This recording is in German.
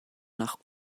nach